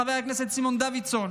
חבר הכנסת סימון דוידסון,